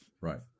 Right